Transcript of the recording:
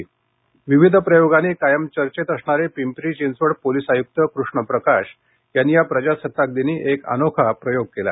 वेगवेगळ्या प्रयोगांनी कायम चर्चेत असणारे पिंपरी चिंचवड पोलिस आयुक्त कृष्णप्रकाश यांनी या प्रजासत्ताक दिनी एक अनोखा प्रयोग केला